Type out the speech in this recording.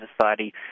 society